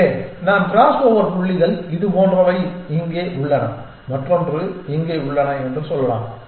எனவே நம் கிராஸ்ஓவர் புள்ளிகள் இது போன்றவை இங்கே உள்ளன மற்றொன்று இங்கே உள்ளன என்று சொல்லலாம்